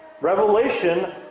revelation